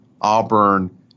Auburn